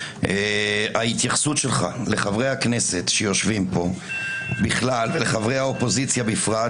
ההתייחסות שלך לחברי הכנסת שיושבים פה בכלל ולחברי האופוזיציה בפרט,